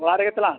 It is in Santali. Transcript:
ᱚᱲᱟᱜ ᱨᱮᱜᱮ ᱛᱟᱞᱟᱝ